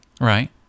Right